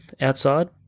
outside